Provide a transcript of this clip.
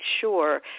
sure